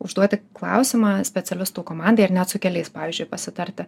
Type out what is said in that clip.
užduoti klausimą specialistų komandai ar net su keliais pavyzdžiui pasitarti